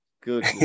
good